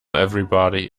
everybody